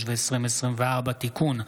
לשנות התקציב 2024-2023 (תיקון),